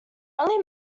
only